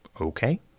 Okay